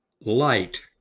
light